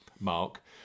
Mark